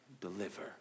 Deliver